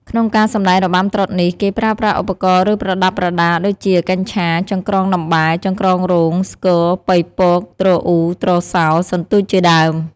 ក្នុងការសម្តែងរបាំត្រុដិនេះ គេប្រើប្រាស់ឧបករណ៍ ឬប្រដាប់ប្រដាដូចជា កញ្ឆារ ចង្ក្រង់ដំបែ ចង្ក្រង់រ៉ូង ស្គរ ប៉ីពក ទ្រអ៊ូ ទ្រសោ សន្ទូចជាដើម។